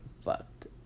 fucked